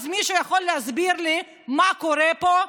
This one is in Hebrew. אז מישהו יכול להסביר לי מה קורה פה?